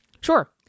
Sure